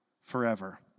forever